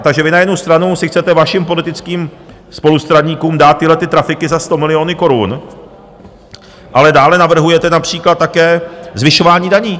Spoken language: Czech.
Takže vy na jednu stranu chcete vašim politickým spolustraníkům dát tyhlety trafiky za stamiliony korun, ale dále navrhujete například také zvyšování daní.